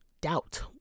doubt